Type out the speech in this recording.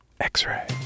X-ray